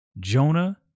Jonah